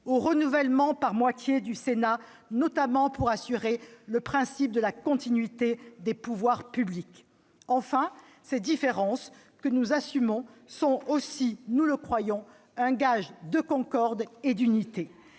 au renouvellement par moitié du Sénat, notamment pour assurer le principe de la continuité des pouvoirs publics. Enfin, ces différences que nous assumons sont aussi, nous le croyons, un gage de concorde et d'unité.